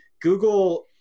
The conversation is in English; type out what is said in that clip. Google